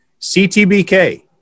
CTBK